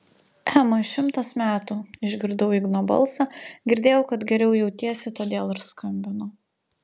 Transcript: ema šimtas metų išgirdau igno balsą girdėjau kad geriau jautiesi todėl ir skambinu